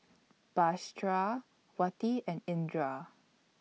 Batrisya Wati and Indra